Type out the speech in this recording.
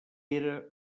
era